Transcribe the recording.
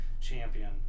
champion